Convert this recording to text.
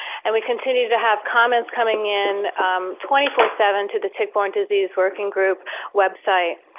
and we continue to have comments coming in twenty four seven to the tick-borne disease working group website.